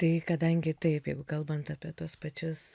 tai kadangi taip kalbant apie tuos pačius